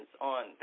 on